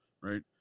right